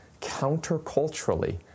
counterculturally